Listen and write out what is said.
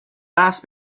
بحث